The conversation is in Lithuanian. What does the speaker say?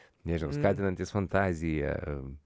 nežinau skatinantis fantaziją